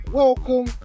welcome